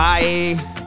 Bye